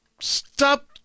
stop